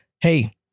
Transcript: hey